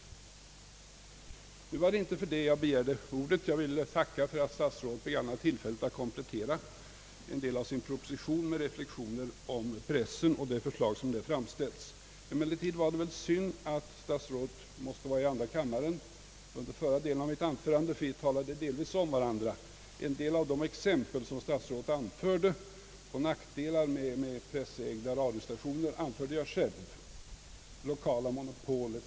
Nu var det inte för att säga detta som jag begärde ordet, utan jag ville tacka för att statsrådet begagnade tillfället att komplettera en del av sin proposition med reflexioner om pressen och de förslag som därvidlag har framställts. Emellertid var det kanske synd att statsrådet måste stanna i andra kammaren under förra delen av mitt anförande — vi talade nämligen delvis faktiskt om samma saker. Några av statsrådets exempel på nackdelar med pressägda radiostationer, lokala monopol etc. hade jag själv anfört.